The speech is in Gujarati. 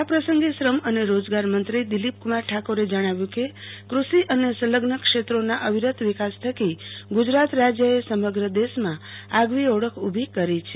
આ પ્રસંગે શ્રમ અને રોજગાર મંત્રી દિલીપકુમાર ઠાકોરે જણાવ્યું કે ક્રષિ અને સંલઝન ક્ષેત્રોના અવિરત વિકાસ થકી ગુજરાત રાજ્યએ સમગ્ર દેશમાં આગવી ઓળખ ઉભી કરી છે